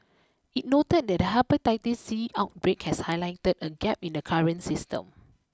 it noted that the Hepatitis C outbreak has highlighted a gap in the current system